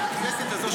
הכנסת הזו,